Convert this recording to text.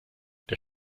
der